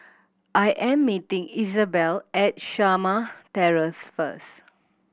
I am meeting Isabel at Shamah Terrace first